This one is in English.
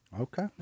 Okay